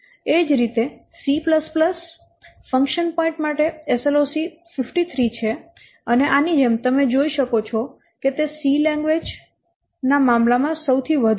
એ જ રીતે C function point માટે SLOC 53 છે અને આની જેમ તમે જોઈ શકો છો કે તે C લેંગ્વેજ ના મામલામાં સૌથી વધુ છે